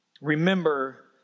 Remember